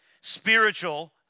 spiritual